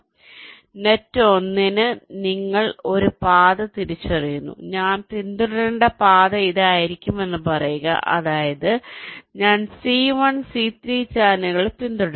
അതിനാൽ നെറ്റ് 1 ന് നിങ്ങൾ ഒരു പാത തിരിച്ചറിയുന്നു ഞാൻ പിന്തുടരുന്ന പാത ഇതായിരിക്കുമെന്ന് പറയുക അതായത് ഞാൻ C1 C3 ചാനലുകൾ പിന്തുടരും